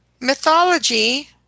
mythology